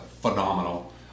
phenomenal